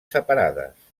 separades